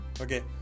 okay